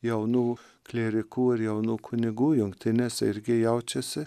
jaunų klierikų ir jaunų kunigų jungtinėse irgi jaučiasi